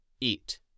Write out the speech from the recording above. eat